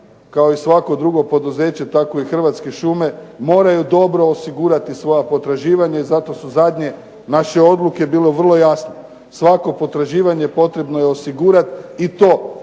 kao i svako drugo poduzeće tako i Hrvatske šume, moraju dobro osigurati svoja potraživanja i zato su naše zadnje odluke bile vrlo jasne. Svako potraživanje potrebno je osigurati i to